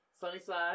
Sunnyside